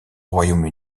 royaume